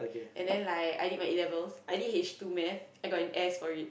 and then like I did my A-levels I did H two maths I got an S for it